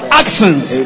actions